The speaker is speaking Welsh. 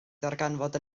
ddarganfod